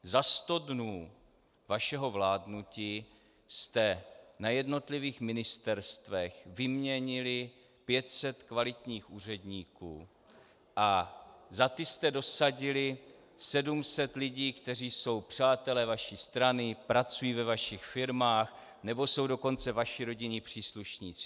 Za sto dnů vašeho vládnutí jste na jednotlivých ministerstvech vyměnili 500 kvalitních úředníků a za ty jste dosadili 700 lidí, kteří jsou přátelé vaší strany, pracují ve vašich firmách, nebo jsou dokonce vaši rodinní příslušníci.